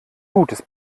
gutes